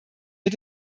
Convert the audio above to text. mit